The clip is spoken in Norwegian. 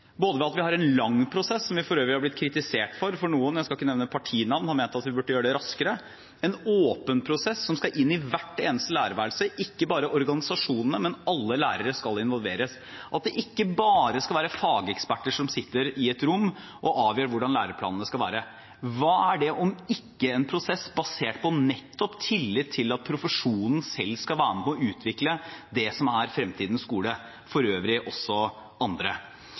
både ved at vi har hatt en lang prosess – som vi for øvrig har blitt kritisert for, for noen, jeg skal ikke nevne partinavn, har ment at vi burde gjøre det raskere – og en åpen prosess, som skal inn i hvert eneste lærerværelse. Ikke bare organisasjonene, men alle lærere, skal involveres. Det skal ikke bare være fageksperter som sitter i et rom og avgjør hvordan læreplanene skal være. Hva er det om ikke en prosess basert nettopp på tillit til at profesjonen selv skal være med på å utvikle det som er fremtidens skole?